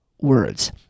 words